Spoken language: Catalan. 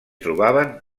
trobaven